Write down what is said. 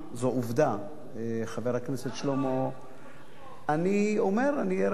זו עובדה, חבר הכנסת שלמה, למה לא?